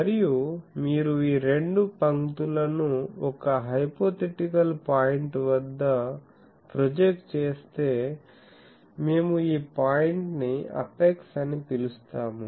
మరియు మీరు ఈ రెండు పంక్తులను ఒక హైపోథెటికల్ పాయింట్ వద్ద ప్రొజెక్ట్ చేస్తే మేము ఈ పాయింట్ ని అపెక్స్ అని పిలుస్తాము